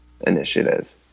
initiative